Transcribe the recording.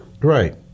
Right